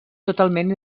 totalment